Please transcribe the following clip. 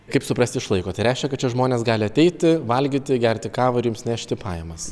kaip suprast išlaiko tai reiškia kad čia žmonės gali ateiti valgyti gerti kavą ir jums nešti pajamas